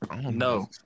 no